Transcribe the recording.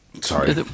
Sorry